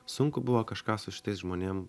sunku buvo kažką su šitais žmonėm